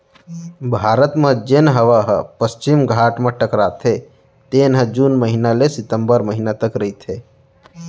भारत म जेन हवा ह पस्चिम घाट म टकराथे तेन ह जून महिना ले सितंबर महिना तक रहिथे